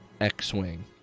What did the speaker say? X-Wing